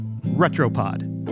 Retropod